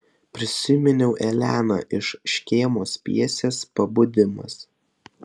prisiminiau eleną iš škėmos pjesės pabudimas